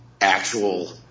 actual